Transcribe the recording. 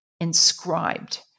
inscribed